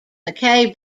mackay